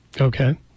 Okay